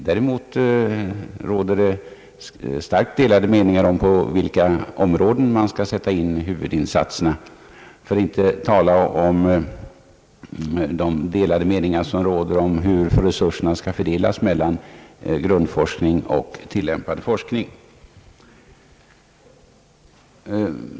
Däremot råder starkt de lade meningar om på vilka områden huvudinsatserna skall göras, för att inte tala om de delade meningar som råder beträffande fördelningen av resurserna mellan grundforskning och tillämpad forskning.